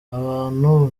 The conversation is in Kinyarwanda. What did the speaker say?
abantu